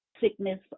sickness